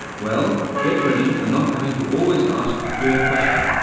well, get ready for not having to always ask a clear question!